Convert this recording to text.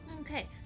Okay